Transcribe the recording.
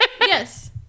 yes